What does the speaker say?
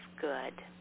good